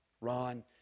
Ron